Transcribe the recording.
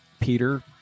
Peter